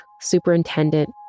superintendent